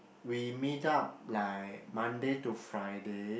we meet up like Monday to Friday